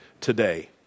today